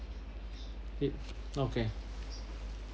it okay